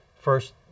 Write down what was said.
First